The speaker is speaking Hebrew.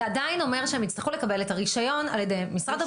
זה עדיין אומר שהם יצטרכו לקבל את הרישיון על ידי משרד הבריאות,